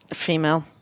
Female